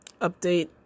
update